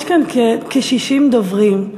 יש כאן כ-60 דוברים,